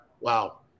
wow